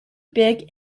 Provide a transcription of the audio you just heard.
big